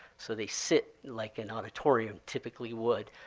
so they sit like an auditorium typically would.